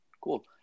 cool